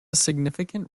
significant